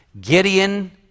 Gideon